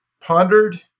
pondered